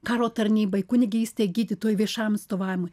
karo tarnybai kunigystei gydytojų viešam atstovavimui